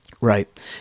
Right